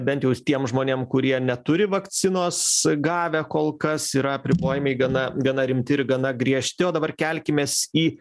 bent jau tiem žmonėm kurie neturi vakcinos gavę kol kas yra apribojimai gana gana rimti ir gana griežti o dabar kelkimės į